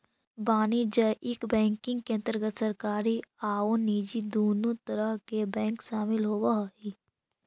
वाणिज्यिक बैंकिंग के अंतर्गत सरकारी आउ निजी दुनों तरह के बैंक शामिल होवऽ हइ